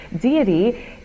deity